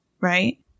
right